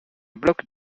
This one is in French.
bloc